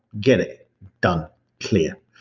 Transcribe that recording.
get it done clear.